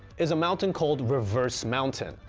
is a mountain called reverse mountain,